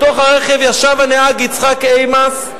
בתוך הרכב ישב הנהג יצחק איימס,